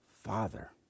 Father